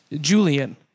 Julian